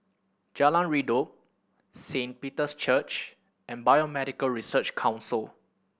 Jalan Redop Saint Peter's Church and Biomedical Research Council